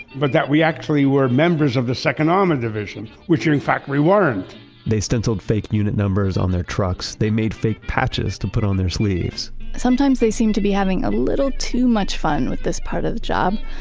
but that we actually were members of the second armored um and division, which are in fact we weren't they stenciled fake unit numbers on their trucks. they made fake patches to put on their sleeves sometimes they seem to be having a little too much fun with this part of the job,